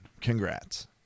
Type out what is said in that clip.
Congrats